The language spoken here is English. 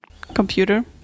computer